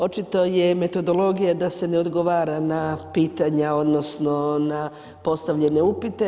Očito je metodologija da se ne odgovara na pitanja, odnosno na postavljene upite.